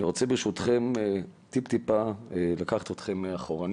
אני רוצה ברשותכם טיפ-טיפה לקחת אתכם לאחור,